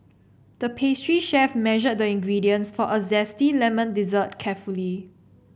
the pastry chef measured the ingredients for a zesty lemon dessert carefully